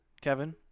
Kevin